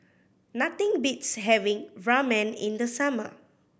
nothing beats having Ramen in the summer